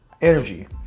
energy